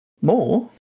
more